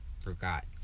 forgot